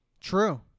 True